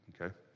Okay